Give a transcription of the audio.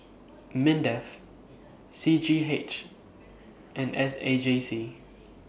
Mindef C G H and S A J C